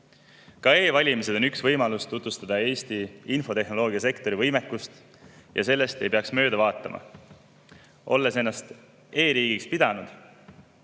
E‑valimised on üks võimalus tutvustada Eesti infotehnoloogiasektori võimekust ja sellest ei peaks mööda vaatama, kui me ennast e‑riigiks peame.